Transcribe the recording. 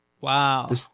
Wow